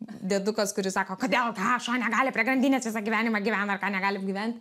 diedukas kuris sako kodėl ką šuo negali prie grandinės visą gyvenimą gyvena ir ką negali gyvent